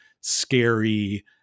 scary